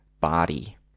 body